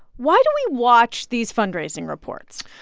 why do we watch these fundraising reports?